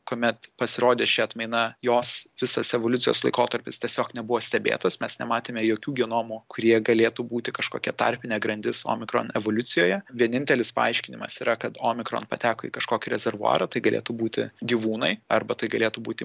kuomet pasirodė ši atmaina jos visas evoliucijos laikotarpis tiesiog nebuvo stebėtas mes nematėme jokių genomų kurie galėtų būti kažkokia tarpinė grandis omikron evoliucijoje vienintelis paaiškinimas yra kad omikron pateko į kažkokį rezervuarą tai galėtų būti gyvūnai arba tai galėtų būti